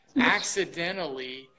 accidentally